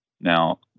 now